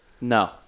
No